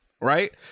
right